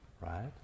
right